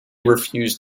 refused